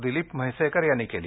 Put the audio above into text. दिलीप म्हैसेकर यांनी केली